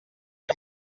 que